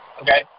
okay